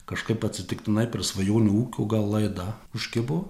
kažkaip atsitiktinai per svajonių ūkio gal laidą užkibo